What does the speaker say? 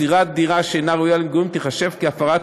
מסירת דירה שאינה ראויה למגורים תיחשב להפרת